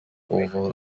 oval